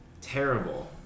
terrible